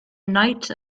knight